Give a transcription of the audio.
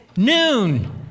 Noon